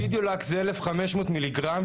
אפידיולקס זה 1,500 מיליגרם,